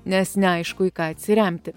nes neaišku į ką atsiremti